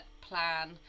plan